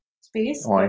space